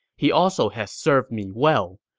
he also has served me well.